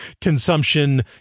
consumption